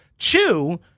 Two